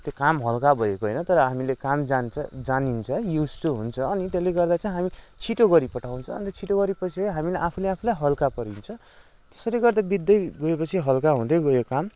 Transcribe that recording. त्यो काम हल्का भएको होइन तर हामीले काम जान्छ जानिन्छ युज टु हुन्छ अनि त्यसले गर्दा चाहिँ हामीले छिटो गरीपठाउँछ अन्त छिटो गरेपछि हामी आफूले आफूलाई हल्का परिन्छ त्यसरी गर्दा बित्दै गएपछि त्यो हल्का हुँदै गयो काम